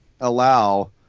allow